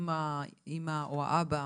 אמא או אבא,